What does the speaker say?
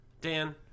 Dan